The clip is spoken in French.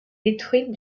détruite